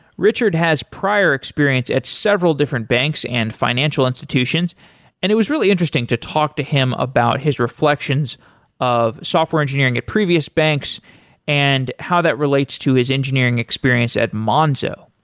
richard has prior experience at several different banks and financial institutions and it was really interesting to talk to him about his reflections of software engineering at previous banks and how that relates to his engineering experience at monzo.